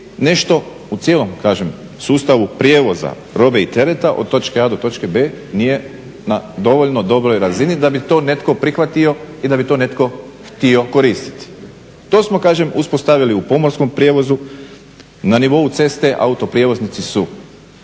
nešto u cijelom kažem sustavu prijevoza robe i tereta od točke A do točke B nije na dovoljno dobroj razini da bi to netko prihvatio i da bi to netko htio koristiti. To smo kažem uspostavili u pomorskom prijevozu, na nivou ceste autoprijevoznici su